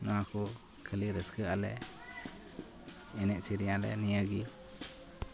ᱱᱚᱣᱟᱠᱚ ᱠᱷᱟᱹᱞᱤ ᱨᱟᱹᱥᱠᱟᱹ ᱜ ᱟᱞᱮ ᱮᱱᱮᱡᱼᱥᱮᱨᱮᱧ ᱟᱞᱮ ᱱᱤᱭᱟᱹᱜᱮ